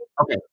Okay